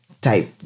type